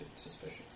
...suspicion